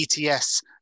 ets